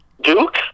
Duke